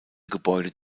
gebäude